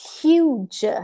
huge